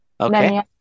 Okay